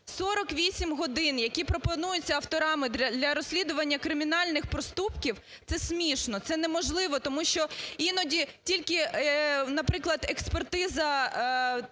48 годин, які пропонуються авторами для розслідування кримінальних проступків. Це смішно, це неможливо, тому що іноді тільки, наприклад, експертиза тих